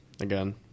again